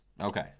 Okay